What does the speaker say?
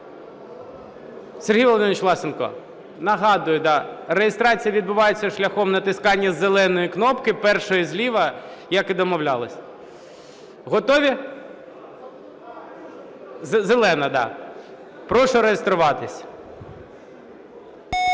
Сергій Володимирович Власенко, нагадую, реєстрація відбувається шляхом натискання зеленої кнопки, першої зліва, як і домовлялись. Готові? Зелена, так. Прошу реєструватись.